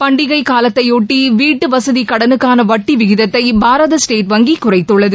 பண்டிகைக் காலத்தையொட்டி வீட்டு வசதிக் கடனுக்கான வட்டி விகிதத்தை பாரத ஸ்டேட் வங்கி குறைத்துள்ளது